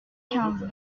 quinze